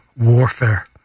warfare